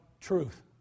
truth